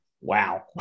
Wow